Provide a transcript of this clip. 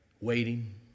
Waiting